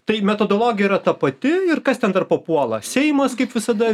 tai metodologija yra ta pati ir kas ten dar papuola seimas kaip visada